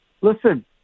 listen